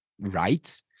right